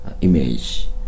image